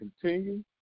continue